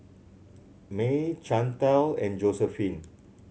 Mae Chantal and Josephine